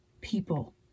people